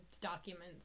documents